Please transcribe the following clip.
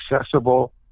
accessible